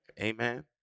Amen